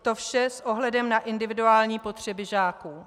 To vše s ohledem na individuální potřeby žáků.